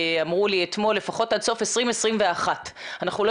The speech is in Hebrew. אמרו לי אתמול לפחות עד סוף 2021. אנחנו לא